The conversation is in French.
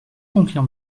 conclure